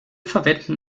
verwenden